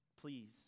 Please